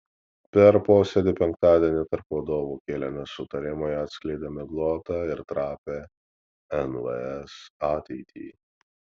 per posėdį penktadienį tarp vadovų kilę nesutarimai atskleidė miglotą ir trapią nvs ateitį